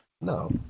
No